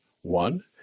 One